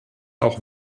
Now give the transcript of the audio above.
auch